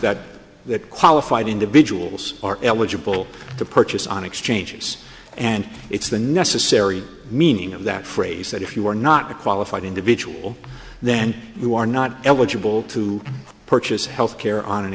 that the qualified individuals are eligible to purchase on exchanges and it's the necessary meaning of that phrase that if you are not a qualified individual then you are not eligible to purchase health care on an